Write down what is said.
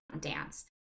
dance